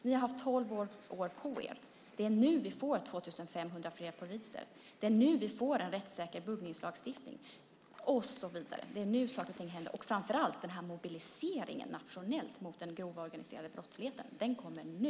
Ni har haft tolv år på er. Det är nu vi får 2 500 fler poliser. Det är nu vi får en rättssäker buggningslagstiftning och så vidare. Den nationella mobiliseringen mot den organiserade brottsligheten kommer nu.